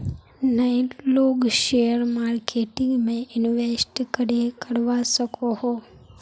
नय लोग share marketing में इंवेस्ट करे करवा सकोहो?